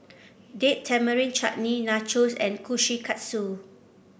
Date Tamarind Chutney Nachos and Kushikatsu